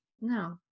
No